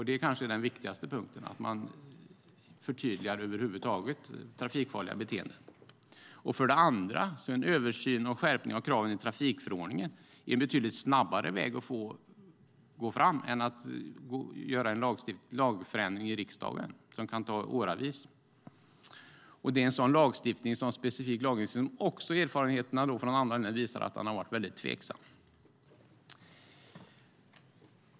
Det kanske är den viktigaste punkten, att man förtydligar trafikfarliga beteenden över huvud taget. För det andra är en översyn och en skärpning av kraven i trafikförordningen en betydligt snabbare väg att gå fram än att göra en lagförändring i riksdagen som kan ta åratal. Det är en sådan lagstiftning som erfarenheterna från andra länder visar har varit tveksam.